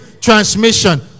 transmission